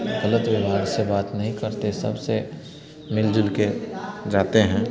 ग़लत व्यवहार से बात नहीं करते सबसे मिल जुलकर जाते हैं